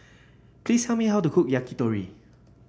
please tell me how to cook Yakitori